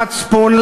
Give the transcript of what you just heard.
מצפון,